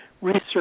research